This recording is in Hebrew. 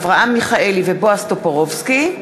אברהם מיכאלי ובועז טופורובסקי,